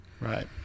Right